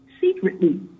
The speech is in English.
secretly